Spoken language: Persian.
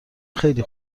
خیلی